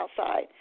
outside